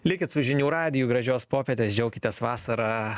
likit su žinių radiju gražios popietės džiaukitės vasara